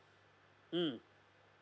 mm